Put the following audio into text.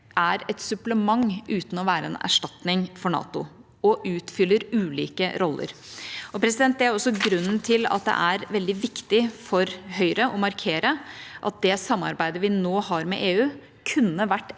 er et supplement uten å være en erstatning for NATO, og utfyller ulike roller. Det er også grunnen til at det er veldig viktig for Høyre å markere at det samarbeidet vi nå har med EU, kunne vært